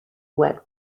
wet